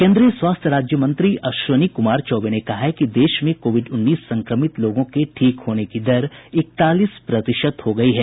केन्द्रीय स्वास्थ्य राज्य मंत्री अश्विनी कुमार चौबे ने कहा है कि देश में कोविड उन्नीस संक्रमित लोगों के ठीक होने की दर इकतालीस प्रतिशत हो गयी है